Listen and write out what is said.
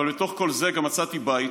אבל בתוך כל זה גם מצאתי בית,